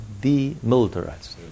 demilitarized